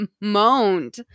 moaned